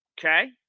okay